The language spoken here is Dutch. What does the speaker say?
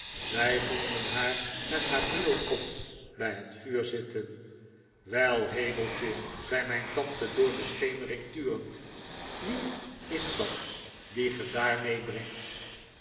wij vonden haar met haar bril op bij het vuur zitten wel hemeltje zei mijn tante door de schemering turend wie is dat die ge daar meebrengt